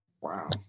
Wow